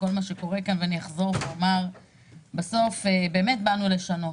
- בסוף באנו לשנות,